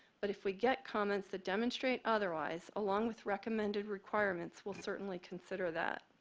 but if we get comments that demonstrate otherwise along with recommended requirements, we'll certainly consider that.